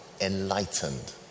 enlightened